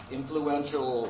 influential